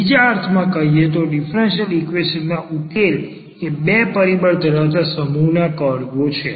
બીજા અર્થમાં કહીએ તો આ ડીફરન્સીયલ ઈક્વેશન ના ઉકેલ એ બે પરિબળ ધરાવતા સમૂહના કર્વો છે